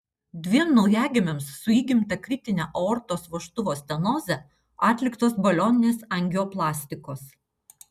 dviem naujagimiams su įgimta kritine aortos vožtuvo stenoze atliktos balioninės angioplastikos